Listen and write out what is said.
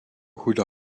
goede